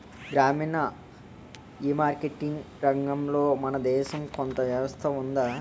గ్రామీణ ఈమార్కెటింగ్ రంగంలో మన దేశంలో కొత్త వ్యవస్థ ఉందా?